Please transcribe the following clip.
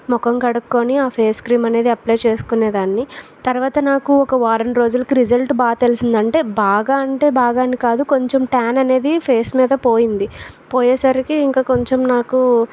ముఖం కడుక్కొని ఆ ఫేస్ క్రీమ్ అనేది అప్లై చేసుకునేదాన్ని తర్వాత నాకు ఒక వారం రోజులకు రిజల్ట్ బాగా తెలిసిందంటే బాగా అంటే బాగా అని కాదు కొంచెం టాన్ అనేది ఫేస్ మీద పోయింది పోయేసరికి ఇంకా కొంచెం నాకు